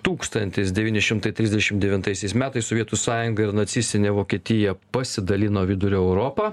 tūkstantis devyni šimtai trisdešimt devintaisiais metais sovietų sąjunga ir nacistinė vokietija pasidalino vidurio europą